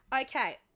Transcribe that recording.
Okay